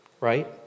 right